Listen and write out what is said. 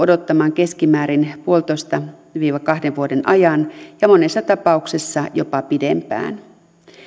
odottamaan keskimäärin yksi pilkku viisi viiva kahden vuoden ajan ja monessa tapauksessa jopa pidempään